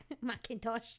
Macintosh